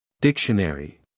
Dictionary